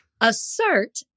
assert